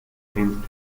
tends